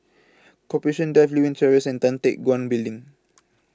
Corporation Drive Lewin Terrace and Tan Teck Guan Building